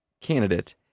candidate